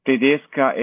Tedesca